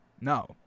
No